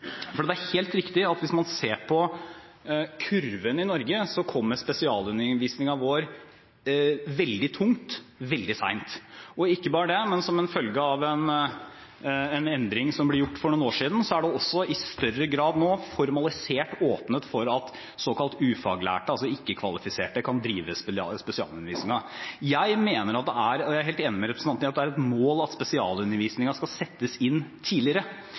For det er helt riktig at hvis man ser på kurven i Norge, kommer spesialundervisningen vår veldig tungt, veldig sent, og ikke bare det, men som en følge av en endring som ble gjort for noen år siden, er det også i større grad nå formalisert og åpnet for at såkalt ufaglærte, altså ikke-kvalifiserte, kan drive spesialundervisningen. Jeg er helt enig med representanten i at det er et mål at spesialundervisningen skal settes inn tidligere,